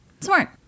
Smart